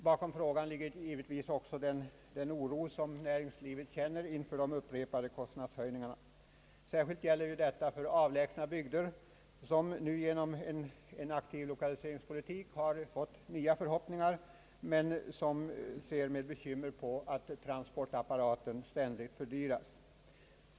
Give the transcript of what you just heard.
Bakom min fråga ligger givetvis också den oro näringslivet känner inför de upprepade kostnadshöjningarna. Särskilt gäller detta för avlägsna bygder, som genom en aktiv lokaliseringspolitik fått nya förhoppningar men som med bekymmer ser att deras transporter ständigt fördyras.